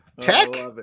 tech